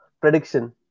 Prediction